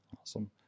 Awesome